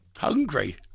Hungry